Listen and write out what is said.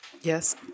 Yes